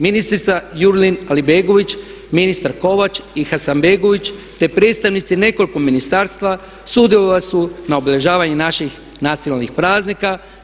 Ministrica Jurlina Alibegović, ministar Kovač i Hasanbegović, te predstavnici nekoliko ministarstva sudjelovali su na obilježavanju naših nacionalnih praznika.